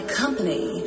company